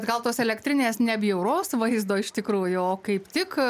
gal tos elektrinės ne bjauraus vaizdo iš tikrųjų o kaip tik